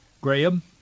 Graham